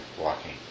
walking